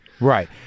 Right